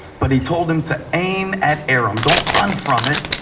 but he told him to aim at aram. don't run from it.